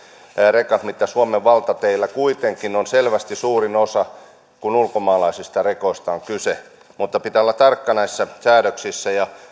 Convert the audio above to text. rekat mitä suomen valtateillä kuitenkin on selvästi suurin osa kun ulkomaalaisista rekoista on kyse pitää olla tarkka näissä säädöksissä ja